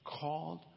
Called